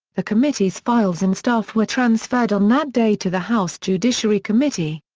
the committee's files and staff were transferred on that day to the house judiciary committee.